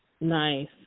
Nice